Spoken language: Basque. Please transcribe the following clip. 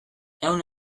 ehun